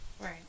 right